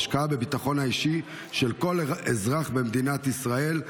זו השקעה בביטחון האישי של כל אזרח במדינת ישראל,